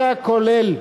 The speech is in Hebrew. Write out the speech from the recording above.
9 כולל.